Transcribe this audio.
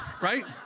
right